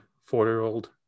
four-year-old